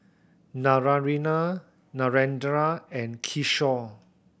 Naraina Narendra and Kishore